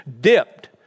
dipped